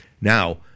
Now